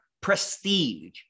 prestige